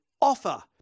offer